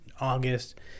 August